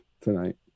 tonight